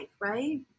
right